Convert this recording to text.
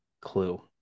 clue